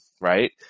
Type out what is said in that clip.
right